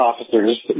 officers